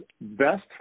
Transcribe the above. best